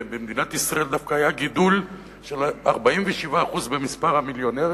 ובמדינת ישראל דווקא היה גידול של 47% במספר המיליונרים,